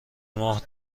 ماه